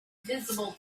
visible